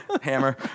hammer